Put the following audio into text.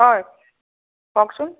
হয় কওকচোন